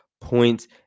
points